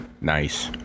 Nice